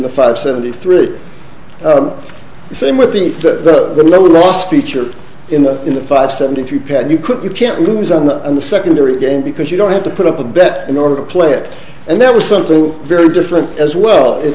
the five seventy three same with the the last feature in the in the five seventy three pad you could you can't lose on the on the secondary gain because you don't have to put up a bet in order to play it and that was something very different as well